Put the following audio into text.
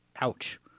Ouch